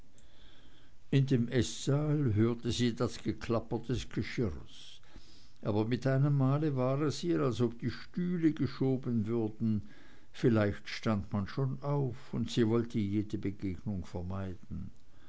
in dem eßsaal hörte sie das geklapper des geschirrs aber mit einem male war es ihr als ob die stühle geschoben würden vielleicht stand man schon auf und sie wollte jede begegnung vermeiden